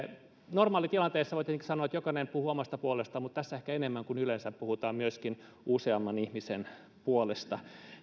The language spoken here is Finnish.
normaalitilanteessa voi tietenkin sanoa että jokainen puhuu omasta puolestaan mutta tässä ehkä enemmän kuin yleensä puhutaan myös useamman ihmisen puolesta